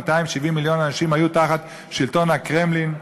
270 מיליון אנשים היו תחת שלטון הקרמלין.